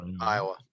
Iowa